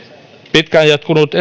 pitkään jatkunut